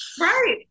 Right